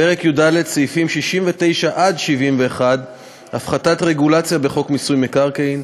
פרק י"ד סעיפים 69 71 (הפחתת רגולציה בחוק מיסוי מקרקעין),